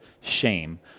shame